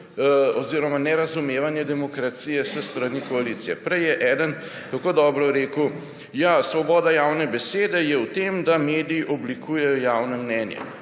oziroma nerazumevanje demokracije s strani koalicije. Prej je eden tako dobro rekel, »ja, svoboda javne besede je v tem, da mediji oblikujejo javno mnenje«.